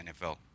NFL